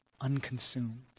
unconsumed